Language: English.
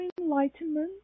enlightenment